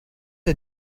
der